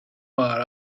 bar